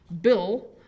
Bill